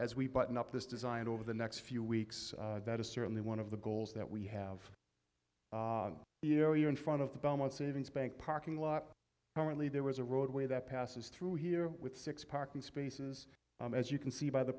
as we button up this design over the next few weeks that is certainly one of the goals that we have you know you're in front of the belmont savings bank parking lot only there was a roadway that passes through here with six parking spaces as you can see by the